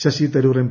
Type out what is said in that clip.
Sasi Tharoor M